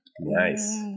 nice